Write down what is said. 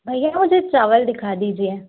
भईया मुझे चावल दिखा दीजिए